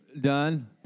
done